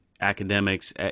academics